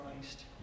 Christ